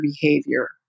behavior